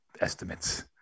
estimates